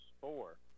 four